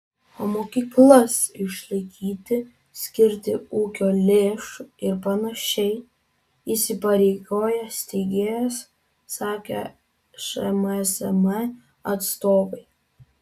o mokyklas išlaikyti skirti ūkio lėšų ir panašiai įsipareigoja steigėjas sakė šmsm atstovai